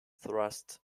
thrust